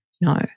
No